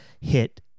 hit